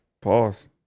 Pause